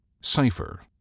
Cipher